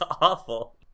awful